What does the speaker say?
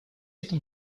этом